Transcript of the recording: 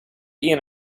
ian